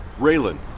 Raylan